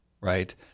right